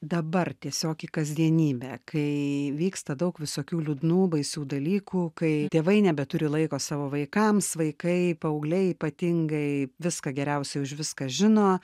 dabar tiesiog į kasdienybę kai vyksta daug visokių liūdnų baisių dalykų kai tėvai nebeturi laiko savo vaikams vaikai paaugliai ypatingai viską geriausiai už viską žino